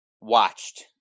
watched